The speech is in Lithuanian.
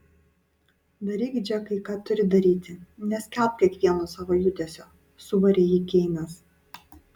daryk džekai ką turi daryti neskelbk kiekvieno savo judesio subarė jį keinas